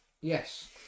Yes